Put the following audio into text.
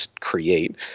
create